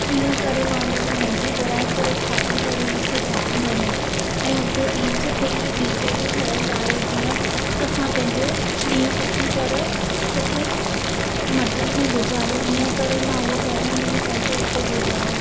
हीअं करे मां हुन ॾींहुं मैगी घुराई करे खाधी त हूह मूंखे जाम वणी ऐं हुते बीच ते ही डीजे बि ठहियल आहे जीअं असां पंहिंजो ॾींहुं सुठी तरह सुठे मधनि में गुजारियो हीअं करे मां हो पहिरो ॾींहुं पंहिंजो हुते गुजारियो